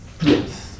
yes